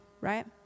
right